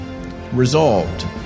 Resolved